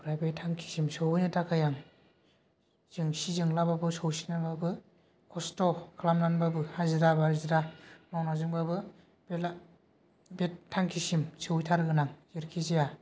ओमफ्राय बै थांखिसिम सहैनो थाखाय आं जोंसि जोंलाबाबो सौसिनाबाबो कस्त' खालामनानैबाबो हाजिरा माजिरा माबाजोंबाबो बे ला बे थांखिसिम सहैथारगोन आं जेरैखिजाया